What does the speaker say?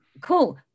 Cool